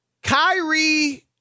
Kyrie